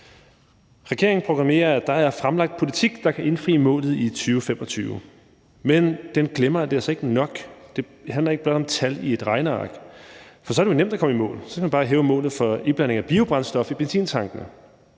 Regeringen proklamerer, at der er fremlagt en politik, der kan indfri målet i 2025, men den glemmer, at det altså ikke er nok. Det handler ikke blot om tal i et regneark, for så er det jo nemt at komme i mål; så kan man bare hæve målet for iblandingen af biobrændstof i benzintankene.